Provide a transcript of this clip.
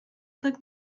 tak